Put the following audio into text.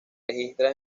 registra